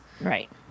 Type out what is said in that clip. Right